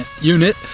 unit